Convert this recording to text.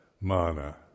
mana